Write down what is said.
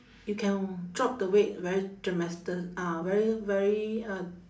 you can drop the weight dramasti~ very ah very very uh